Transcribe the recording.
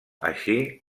així